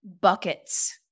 buckets